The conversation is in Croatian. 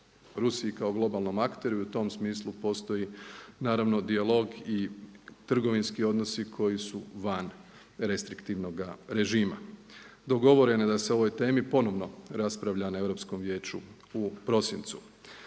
Rusiji kao globalnom akteru i u tom smislu postoji naravno dijalog i trgovinski odnosi koji su van restriktivnog režima. Dogovoreno je da se o ovoj temi ponovno raspravlja na Europskom vijeću u prosincu.